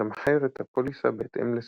ולתמחר את הפוליסה בהתאם לסיכון,